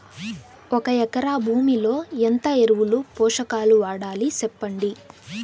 ఒక ఎకరా భూమిలో ఎంత ఎరువులు, పోషకాలు వాడాలి సెప్పండి?